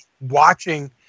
watching